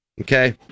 Okay